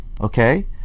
okay